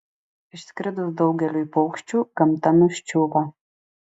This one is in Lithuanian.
išskridus daugeliui paukščių gamta nuščiūva